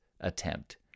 attempt